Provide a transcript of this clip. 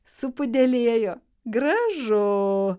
supudelėjo gražu